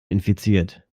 infiziert